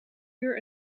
uur